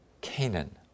canaan